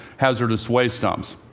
hazardous waste dumps.